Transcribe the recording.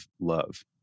love